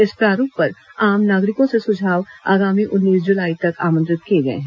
इस प्रारूप पर आम नागरिकों से सुझाव आगामी उन्नीस जुलाई तक आमंत्रित किए गए हैं